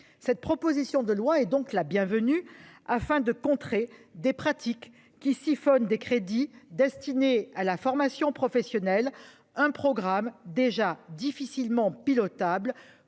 Cette proposition de loi est donc la bienvenue afin de contrer des pratiques qui siphonne des crédits destinés à la formation professionnelle. Un programme déjà difficilement pilotable